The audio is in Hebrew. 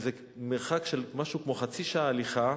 שזה מרחק של משהו כמו חצי שעה הליכה,